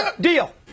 deal